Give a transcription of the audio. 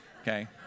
Okay